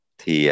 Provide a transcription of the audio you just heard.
thì